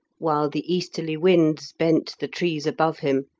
while the easterly winds bent the trees above him,